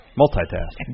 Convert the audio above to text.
Multitask